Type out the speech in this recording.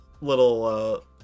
little